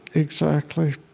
exactly.